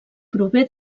prové